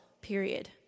period